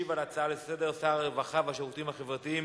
ישיב על ההצעות לסדר-היום שר הרווחה והשירותים החברתיים,